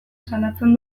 salatzen